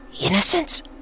Innocence